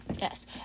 Yes